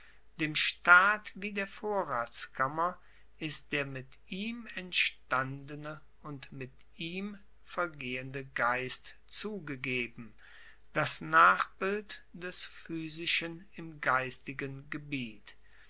dem staat wie der vorratskammer ist der mit ihm entstandene und mit ihm vergehende geist zugegeben das nachbild des physischen im geistigen gebiet